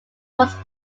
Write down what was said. was